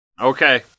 Okay